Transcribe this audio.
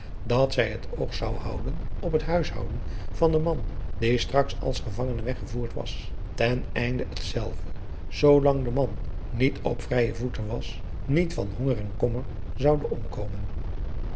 dat zij het oog zou houden op het huishouden van den man die straks als gevangene weggevoerd was ten einde hetzelve zoolang de mand niet op vrije voeten was niet van honger en kommer zoude omkomen